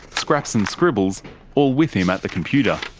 scraps and scribbles all with him at the computer.